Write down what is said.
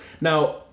Now